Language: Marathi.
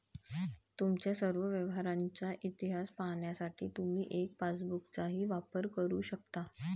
तुमच्या सर्व व्यवहारांचा इतिहास पाहण्यासाठी तुम्ही एम पासबुकचाही वापर करू शकता